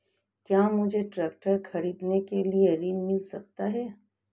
क्या मुझे ट्रैक्टर खरीदने के लिए ऋण मिल सकता है?